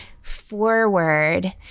forward